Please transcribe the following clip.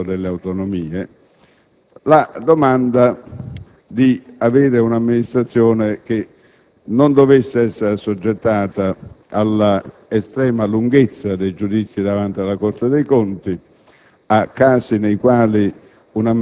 perché, in particolare dal mondo delle autonomie, veniva la domanda di avere un'amministrazione che non dovesse essere assoggettata ad una estrema lunghezza dei giudizi davanti alla Corte dei conti,